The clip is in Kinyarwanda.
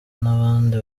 n’abandi